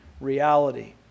reality